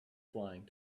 flying